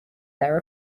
their